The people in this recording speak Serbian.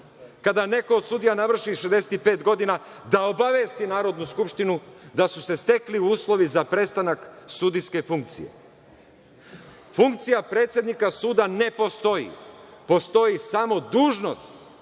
kada neko od sudija navrši 65 godina da obavesti Narodnu skupštinu da su se stekli uslovi za prestanak sudijske funkcije. Funkcija predsednika suda ne postoji. Postoji samo dužnost.